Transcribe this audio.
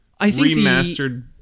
remastered